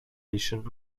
ancient